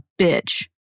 bitch